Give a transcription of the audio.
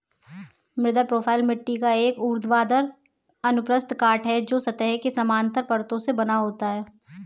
मृदा प्रोफ़ाइल मिट्टी का एक ऊर्ध्वाधर अनुप्रस्थ काट है, जो सतह के समानांतर परतों से बना होता है